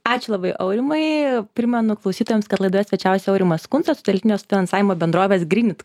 ačiū labai aurimai primenu klausytojams kad laidoje svečiavosi aurimas kuncas sutelktinio finansavimo bendrovės grinit